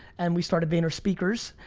and we started vaynerspeakers.